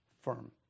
firm